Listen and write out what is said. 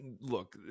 look